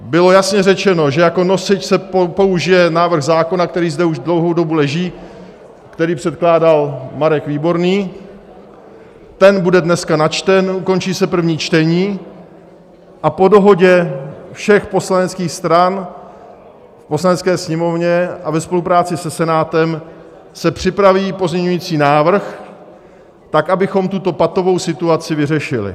Bylo jasně řečeno, že jako nosič se použije návrh zákona, který zde už dlouhou dobu leží, který předkládal Marek Výborný, ten bude dneska načten, ukončí se první čtení a po dohodě všech poslaneckých stran v Poslanecké sněmovně a ve spolupráci se Senátem se připraví pozměňovací návrh tak, abychom tuto patovou situaci vyřešili.